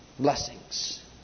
blessings